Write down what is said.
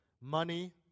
money